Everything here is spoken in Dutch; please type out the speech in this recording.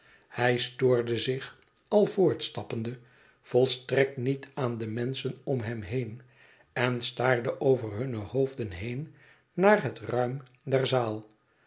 hij stoorde zich al voortstappende volstrekt niet aan de menschen om hem heen en staarde over hunne hoofden heen naar het ruim der zaal